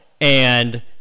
And-